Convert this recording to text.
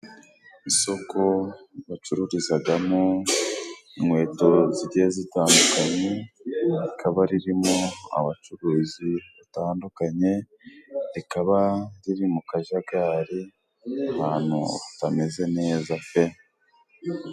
Isoko bacururizamo inkweto zigiye zitandukanye, rikaba ririmo abacuruzi batandukanye, rikaba riri mu kajagari, ahantu hatameze neza pe! .